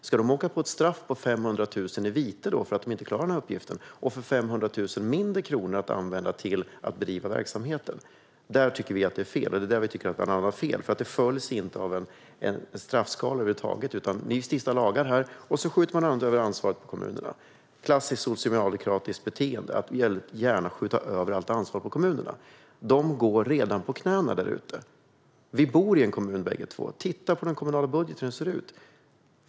Ska de åka på ett straff som innebär 500 000 i vite och få 500 000 kronor mindre att använda till att bedriva verksamheten för att de inte klarar denna uppgift? Det tycker vi är fel. Detta följs inte av en straffskala över huvud taget. Man stiftar lagar här och skjuter ändå över ansvaret på kommunerna. Det är ett klassiskt socialdemokratiskt beteende att gärna skjuta över allt ansvar på kommunerna. De går redan på knäna där ute. Vi bor i en kommun bägge två. Titta på hur den kommunala budgeten ser ut.